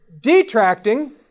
detracting